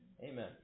Amen